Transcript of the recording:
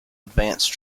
advanced